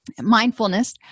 mindfulness